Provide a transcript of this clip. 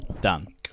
Done